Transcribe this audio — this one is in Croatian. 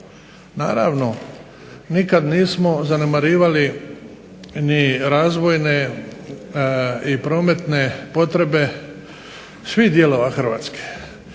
naravno nikada nismo zanemarivali ni razvojne i prometne potrebe svih dijelova Hrvatske,